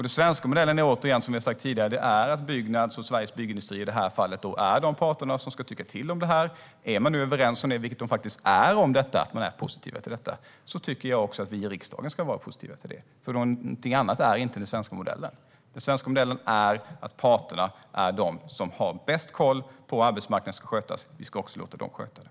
Den svenska modellen är - återigen - att det är parterna, i det här fallet Byggnads och Sveriges Byggindustrier, som ska tycka till om det här. Om parterna är överens, vilket de faktiskt är om detta, tycker jag att vi i riksdagen också ska vara positiva till det. Den svenska modellen innebär ingenting annat. Den svenska modellen innebär att det är parterna som har bäst koll på hur arbetsmarknaden ska skötas. Vi ska också låta dem sköta det.